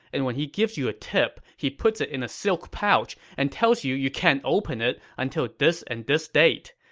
and when he gives you a tip, he puts it in a silk pouch and tells you you can't open it until this and this date.